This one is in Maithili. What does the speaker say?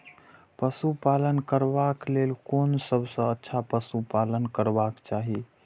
पशु पालन करबाक लेल कोन सबसँ अच्छा पशु पालन करबाक चाही?